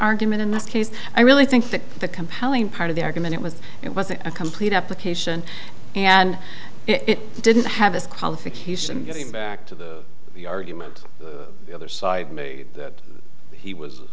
argument in this case i really think that the compelling part of the argument was it wasn't a complete application and it didn't have this qualification going back to the argument other side that he was